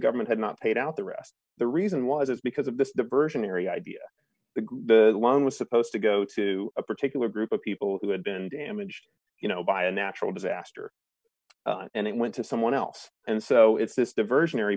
government had not paid out the rest the reason was is because of this diversionary idea the group the loan was supposed to go to a particular group of people who had been damaged you know by a natural disaster and it went to someone else and so it's this diversionary